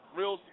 real